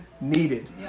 needed